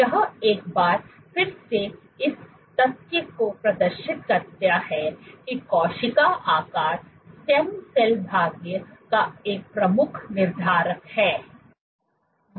यह एक बार फिर इस तथ्य को प्रदर्शित करता है कि कोशिका आकार स्टेम सेल भाग्य का एक प्रमुख निर्धारक है